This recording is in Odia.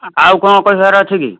ଆଉ କ'ଣ କହିବାର ଅଛି କି